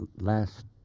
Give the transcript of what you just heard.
last